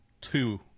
two